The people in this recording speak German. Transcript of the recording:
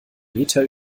meter